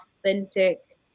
authentic